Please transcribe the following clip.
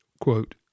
quote